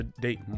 date